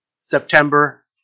September